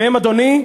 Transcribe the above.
והם, אדוני,